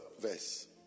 verse